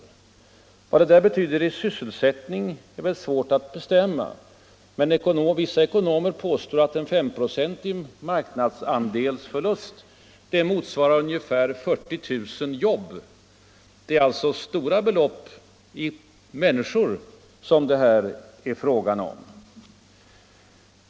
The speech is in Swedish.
Vad det där betyder i sysselsättning är svårt att bestämma, men vissa ekonomer påstår att en femprocentig ”marknadsandelsförlust” motsvarar ungefär 40 000 jobb. Det är alltså stora belopp i ”människor” som det här är fråga om.